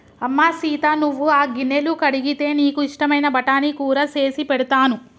అమ్మ సీత నువ్వు ఆ గిన్నెలు కడిగితే నీకు ఇష్టమైన బఠానీ కూర సేసి పెడతాను